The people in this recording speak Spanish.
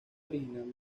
original